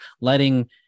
letting